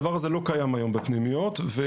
הדבר הזה כמעט ולא קיים בפנימיות ולכן